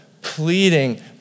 pleading